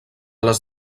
les